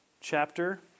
chapter